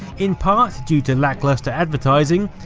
in part due to lackluster advertising.